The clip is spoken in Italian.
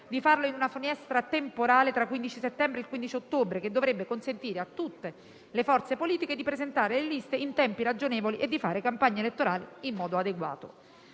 di farlo in una finestra temporale tra il 15 settembre e il 15 ottobre, che dovrebbe consentire a tutte le forze politiche di presentare liste in tempi ragionevoli e di fare campagna elettorale in modo adeguato.